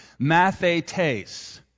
mathetes